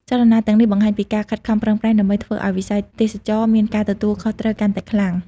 ចលនាទាំងនេះបង្ហាញពីការខិតខំប្រឹងប្រែងដើម្បីធ្វើឲ្យវិស័យទេសចរណ៍មានការទទួលខុសត្រូវកាន់តែខ្លាំង។